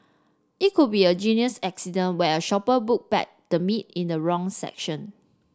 it could be a genuine accident where a shopper put back the meat in the wrong section